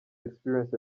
experience